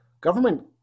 Government